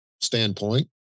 standpoint